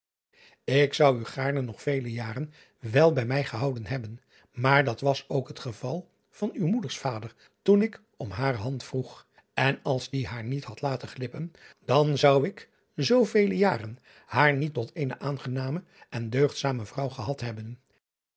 k zou u gaarne nog vele jaren wel bij mij gehouden hebben maar dat was ook het geval van uw moeders vader toen ik om hare hand vroeg n als die haar niet driaan oosjes zn et leven van illegonda uisman had laten glippen dan zou ik zoovele jaren haar niet tot eene aangename en deugdzame vrouw gehad hebben